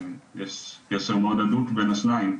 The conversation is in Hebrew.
יש קשר מאוד הדוק בין השניים.